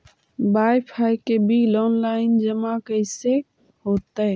Wifi के bill online जमा कैसे होतै?